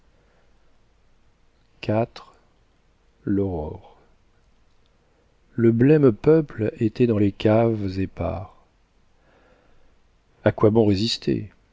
iv l'aurore le blême peuple était dans les caves épars a quoi bon résister